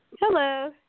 Hello